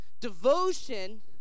Devotion